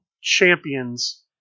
champions